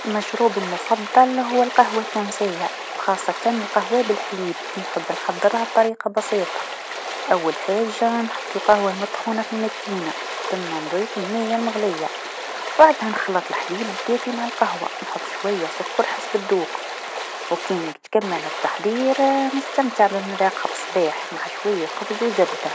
مشروبي المفضل هو القهوا التونسيه و خاصة القهوا بالحليب، نحب نحضرها بطريقه بسيطه، أول حاجة نحط القهوا المطحونة في المكينه ثم نضيف الميا المغليةطا و بعدها نخلط الحليب الدافي مع القهوا و نحط شويا سكر حسب الذوق، و كي نتكمل التحضير نستمتع بمذاقها في الصباح مع شوية خبز و زبده.